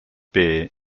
beer